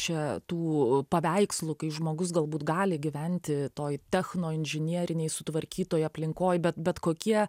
čia tų paveikslų kai žmogus galbūt gali gyventi toj technoinžinierinėj sutvarkytoj aplinkoj bet bet kokie